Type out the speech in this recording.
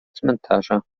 cmentarza